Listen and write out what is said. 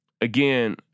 Again